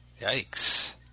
Yikes